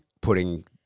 putting